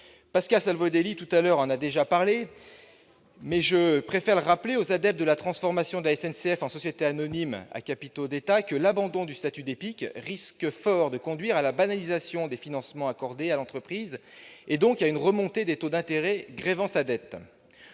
Pascal Savoldelli en a déjà parlé, mais je préfère rappeler aux adeptes de la transformation de la SNCF en société anonyme à capitaux d'État que l'abandon du statut d'EPIC risque fort de conduire à la « banalisation » des financements accordés à l'entreprise, donc à une remontée des taux d'intérêt grevant sa dette.